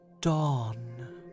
Dawn